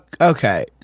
Okay